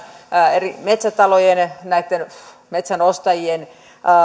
eri metsätalojen näitten metsän ostajien